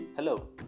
Hello